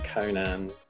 Conan